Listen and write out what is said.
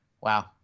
Wow